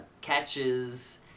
catches